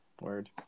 word